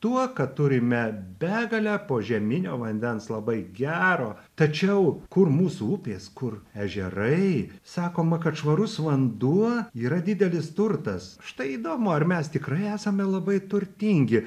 tuo kad turime begalę požeminio vandens labai gero tačiau kur mūsų upės kur ežerai sakoma kad švarus vanduo yra didelis turtas štai įdomu ar mes tikrai esame labai turtingi